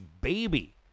baby